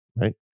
right